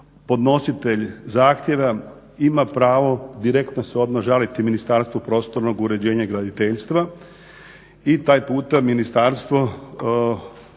podnositelj zahtjeva ima pravo direktno se odmah žaliti Ministarstvu prostornog uređenja i graditeljstva i taj puta Ministarstvo